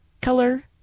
color